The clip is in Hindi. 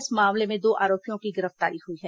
इस मामले में दो आरोपियों की गिरफ्तारी हुई है